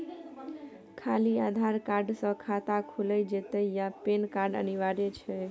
खाली आधार कार्ड स खाता खुईल जेतै या पेन कार्ड अनिवार्य छै?